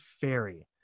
fairy